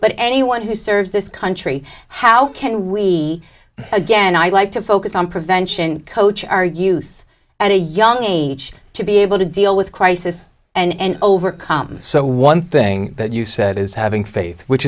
but anyone who serves this country how can we again i'd like to focus on prevention coach our youth and a young age to be able to deal with crisis and overcome so one thing that you said is having faith which